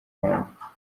wanjye